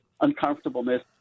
uncomfortableness